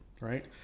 right